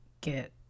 get